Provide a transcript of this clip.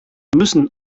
müssen